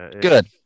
Good